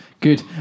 Good